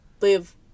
live